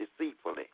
deceitfully